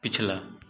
पिछला